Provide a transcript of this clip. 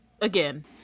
Again